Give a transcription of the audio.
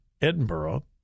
Edinburgh